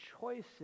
choices